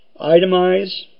Itemize